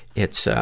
it's, ah,